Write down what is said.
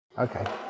Okay